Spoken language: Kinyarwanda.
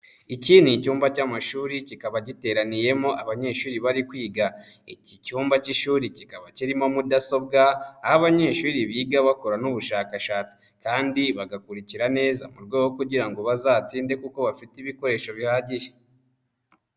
Iki ni icyumba cy'amashuri kikaba giteraniyemo abanyeshuri bari kwiga, iki cyumba cy'ishuri kikaba kirimo mudasobwa aho abanyeshuri biga bakora n'ubushakashatsi kandi bagakurikira neza mu rwego kugira ngo bazatsinde kuko bafite ibikoresho bihagije.